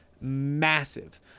massive